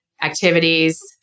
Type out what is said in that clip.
activities